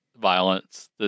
violence